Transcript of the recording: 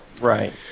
Right